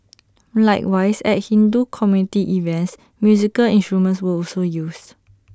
likewise at Hindu community events musical instruments were also used